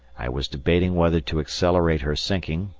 i was debating whether to accelerate her sinking,